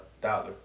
dollar